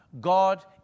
God